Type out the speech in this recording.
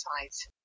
sites